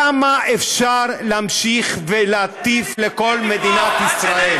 כמה אפשר להמשיך ולהטיף לכל מדינת ישראל?